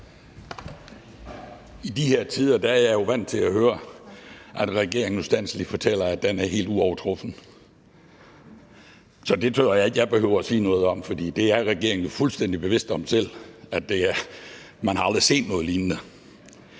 I de her tider er jeg vant til at høre, at regeringen ustandselig fortæller, at den er helt uovertruffen, så det tror jeg ikke jeg behøver at sige noget om, for regeringen er jo fuldstændig bevidst om selv, at man aldrig har set noget lignende.